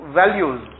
values